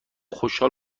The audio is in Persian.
خوشحال